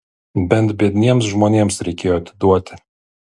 bent biedniems žmonėms reikėjo atiduoti